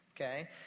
okay